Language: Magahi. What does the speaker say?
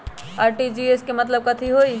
आर.टी.जी.एस के मतलब कथी होइ?